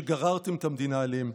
שגררתם את המדינה אליהן.